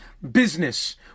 business